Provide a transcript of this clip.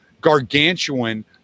gargantuan